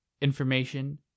information